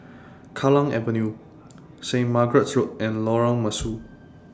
Kallang Avenue Saint Margaret's Road and Lorong Mesu